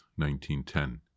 1910